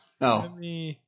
No